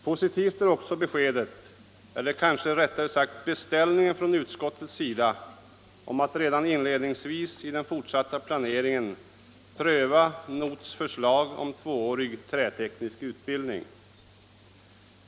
Positivt är också beskedet — eller kanske rättare sagt beställningen — från utskottets sida att redan inledningsvis i den fortsatta planeringen pröva NoTH:s förslag om tvåårig träteknisk utbildning.